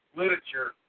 literature